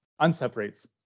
unseparates